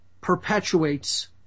perpetuates